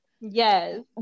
yes